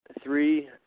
three